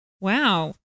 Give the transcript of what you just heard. Wow